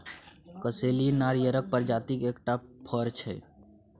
कसैली नारियरक प्रजातिक एकटा फर छै